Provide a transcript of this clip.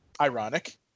Ironic